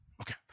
Okay